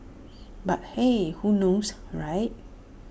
but hey who knows right